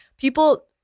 people